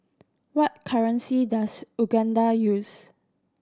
what currency does Uganda use